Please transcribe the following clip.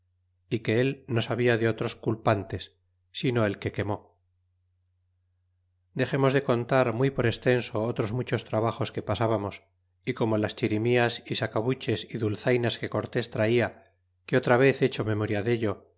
y que él no sabia de otros culpantes sino el que quemó dexemos de contar muy por extenso otros muchos trabajos que pasábamos y como las chirimias y sacabuches y dulzainas que cortés traia que otra vez hecho memoria dello